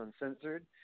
Uncensored